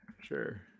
sure